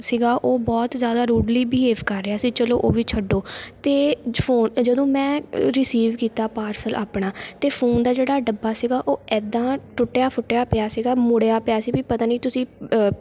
ਸੀਗਾ ਉਹ ਬਹੁਤ ਜ਼ਿਆਦਾ ਰੂਡਲੀ ਬੀਹੇਵ ਕਰ ਰਿਹਾ ਸੀ ਚਲੋ ਉਹ ਵੀ ਛੱਡੋ ਅਤੇ ਫ਼ੋਨ ਜਦੋਂ ਮੈਂ ਅ ਰੀਸੀਵ ਕੀਤਾ ਪਾਰਸਲ ਆਪਣਾ ਅਤੇ ਫ਼ੋਨ ਦਾ ਜਿਹੜਾ ਡੱਬਾ ਸੀਗਾ ਉਹ ਇੱਦਾਂ ਟੁੱਟਿਆ ਫੁੱਟਿਆ ਪਿਆ ਸੀਗਾ ਮੁੜਿਆ ਪਿਆ ਸੀ ਵੀ ਪਤਾ ਨਹੀਂ ਤੁਸੀਂ